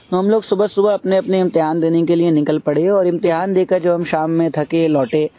تو ہم لوگ صبح صبح اپنے اپنے امتحان دینے کے لیے نکل پڑے اور امتحان دے کر جب ہم شام میں تھکے لوٹے